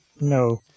No